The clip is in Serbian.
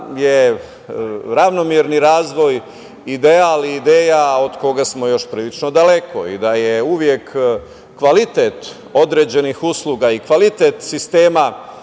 je ravnomerni razvoj ideal i ideja od koga smo još prilično daleko i da je uvek kvalitet određenih usluga i kvalitet sistema